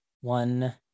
one